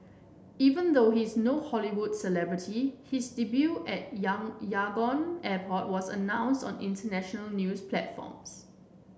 even though he is no Hollywood celebrity his debut at Yang on airport was announced on international news platforms